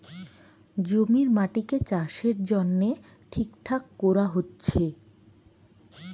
জমির মাটিকে চাষের জন্যে ঠিকঠাক কোরা হচ্ছে